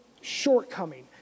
shortcoming